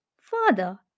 Father